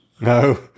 No